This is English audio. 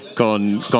Con